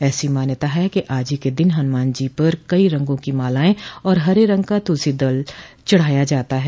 ऐसी मान्यता है कि आज ही के दिन हनुमान जी पर पर कई रंगों की मालाएं और हरे रंग का तुलसीदल चढाया जाता है